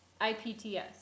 IPTS